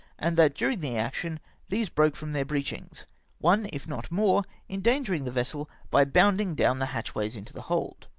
and that during the action these broke from their breechings one, if not more, endangering the vessel by bounding down the hatchways into the hold.